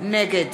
נגד